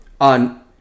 on